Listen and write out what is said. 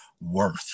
worth